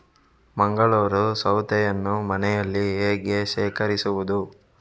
ಮಂಗಳೂರು ಸೌತೆಯನ್ನು ಮನೆಯಲ್ಲಿ ಹೇಗೆ ಶೇಖರಿಸುವುದು?